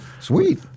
Sweet